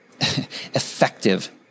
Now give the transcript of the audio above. effective